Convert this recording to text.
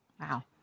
Wow